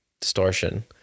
distortion